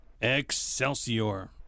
Excelsior